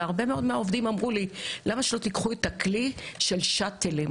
והרבה מאוד מהעובדים אמרו לי: למה שלא תיקחו את הכלי של שאטלים?